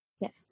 Yes